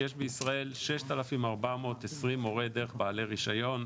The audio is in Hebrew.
יש בישראל 6,420 מורי דרך בעלי רישיון,